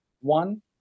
one